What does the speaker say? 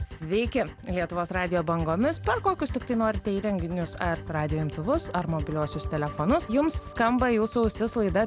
sveiki lietuvos radijo bangomis per kokius tiktai norite įrenginius ar radijo imtuvus ar mobiliuosius telefonus jums skamba į jūsų ausis laida